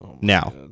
Now